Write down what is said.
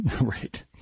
Right